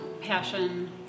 passion